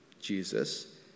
Jesus